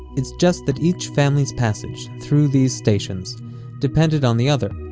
it's just that, each family's passage through these stations depended on the other,